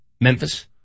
Memphis